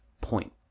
point